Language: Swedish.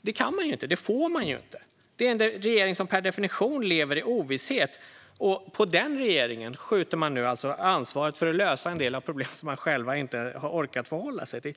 Det får man inte. Det är en regering som per definition lever i ovisshet. Nu skjuter man alltså över ansvaret på den regeringen för att lösa en del av de problem som man själv inte har orkat förhålla sig till.